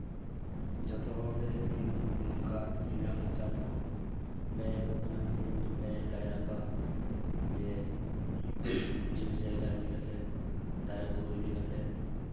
ᱡᱚᱛᱚ ᱦᱚᱲᱜᱮ ᱤᱧ ᱱᱚᱝᱠᱟ ᱤᱧᱟᱹᱜ ᱢᱚᱪᱟ ᱛᱮᱦᱚᱸ ᱞᱟᱹᱭᱟᱠᱚ ᱠᱟᱹᱱᱟᱹᱧ ᱡᱮ ᱞᱟᱹᱭ ᱫᱟᱲᱮᱣᱟᱠᱚᱣᱟ ᱡᱮ ᱡᱚᱢᱤ ᱡᱟᱭᱜᱟ ᱤᱫᱤ ᱠᱟᱛᱮᱫ ᱫᱟᱨᱮ ᱵᱩᱨᱩ ᱤᱫᱤ ᱠᱟᱛᱮᱫ